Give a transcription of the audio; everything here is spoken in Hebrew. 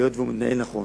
היות שהוא מתנהל נכון.